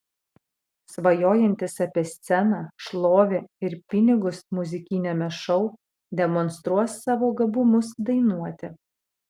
svajojantys apie sceną šlovę ir pinigus muzikiniame šou demonstruos savo gabumus dainuoti